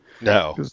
No